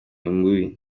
bubi